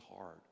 hard